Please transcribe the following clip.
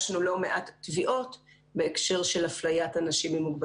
לפני שתמשיכי אני אשאל אותך באמת על הדבר הזה ואני רוצה לחזור למה שעלה